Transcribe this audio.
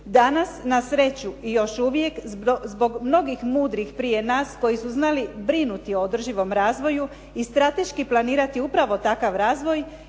Danas na sreću još uvijek zbog mnogih mudrih prije nas koji su znali brinuti o održivom razvoju i strateški planirati upravo takav razvoj